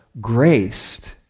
graced